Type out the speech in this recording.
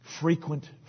Frequent